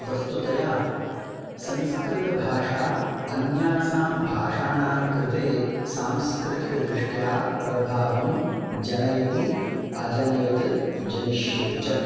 वस्तुतया संस्कृतभाषा अन्यासां भाषाणां कृते सांस्कृतिकदृष्ट्या प्रभावं जनयति अजनयत् जनिष्यति च